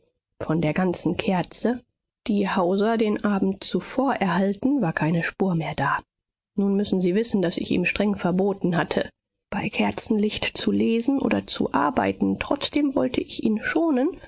von der ganzen kerze die hauser den abend zuvor erhalten war keine spur mehr da nun müssen sie wissen daß ich ihm streng verboten hatte bei kerzenlicht zu lesen oder zu arbeiten trotzdem wollte ich ihn schonen